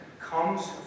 comes